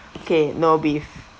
okay no beef